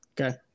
Okay